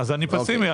אני פסימי.